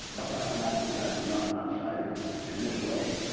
el paso natural gas was not an outsider in this way.